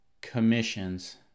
commissions